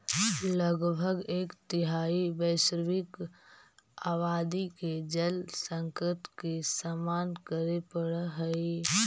लगभग एक तिहाई वैश्विक आबादी के जल संकट के सामना करे पड़ऽ हई